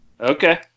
Okay